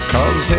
Cause